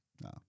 No